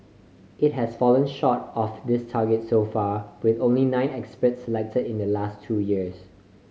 it has fallen short of this target so far with only nine experts selected in the last two years